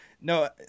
no